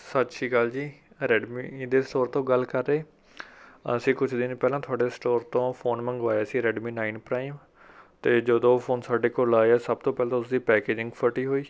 ਸਤਿ ਸ਼੍ਰੀ ਅਕਾਲ ਜੀ ਰੈੱਡਮੀ ਦੇ ਸਟੋਰ ਤੋਂ ਗੱਲ ਰਹੇ ਅਸੀਂ ਕੁਛ ਦਿਨ ਪਹਿਲਾਂ ਤੁਹਾਡੇ ਸਟੋਰ ਤੋਂ ਫ਼ੋਨ ਮੰਗਵਾਇਆ ਸੀ ਰੈੱਡਮੀ ਨਾਈਨ ਪਰਾਈਮ ਅਤੇ ਜਦੋਂ ਫ਼ੋਨ ਸਾਡੇ ਕੋਲ ਆਇਆ ਸਭ ਤੋਂ ਪਹਿਲਾਂ ਤਾਂ ਉਸਦੀ ਪੈਕੇਜਿੰਗ ਫਟੀ ਹੋਈ